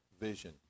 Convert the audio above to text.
Vision